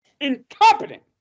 Incompetent